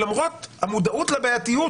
למרות המודעות לבעייתיות